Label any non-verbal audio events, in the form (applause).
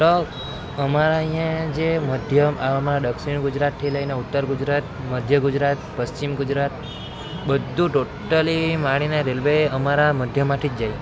તો અમારે અહીં જે મધ્યમ (unintelligible) દક્ષિણ ગુજરાતથી લઈને ઉત્તર ગુજરાત મધ્ય ગુજરાત પશ્ચિમ ગુજરાત બધુ ટોટલી માંડીને રેલવે અમારા મધ્યમાંથી જ જાય